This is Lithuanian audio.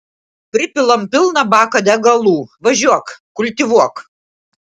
pripilam pilną baką degalų važiuok kultivuok